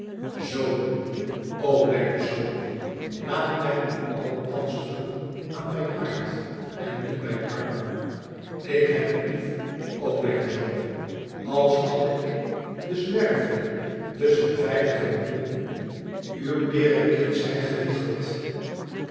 zonen o mijn zonen laat mij u allen thans drukken aan mijn hart en in mijn armen ik heb u lief o mijn zonen als hadde ik de zwerveling tusschen veilige muren uw teêre kindsheid gewiegeld